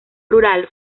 rural